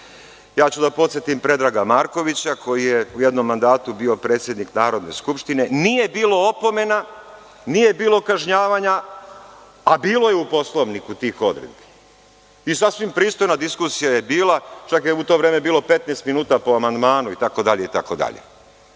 ću da podsetim na Predraga Markovića koji je u jednom mandatu bio predsednik Narodne skupštine, nije bilo opomena, nije bilo kažnjavanja, a bilo je u Poslovniku tih odredbi. Sasvim pristojna diskusija je bila, čak je u to vreme bilo 15 minuta po amandmanu. Dva